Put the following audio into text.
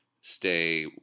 stay